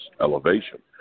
elevation